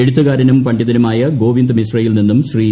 എഴുത്തുകാരനും പണ്ഡിതനുമായ ഗോവിന്ദ് മിശ്രയിൽ നിന്നും ശ്രീ